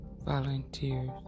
Volunteers